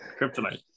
Kryptonite